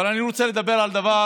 אבל אני רוצה לדבר על דבר